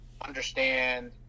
understand